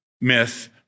myth